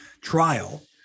trial